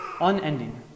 unending